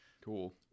Cool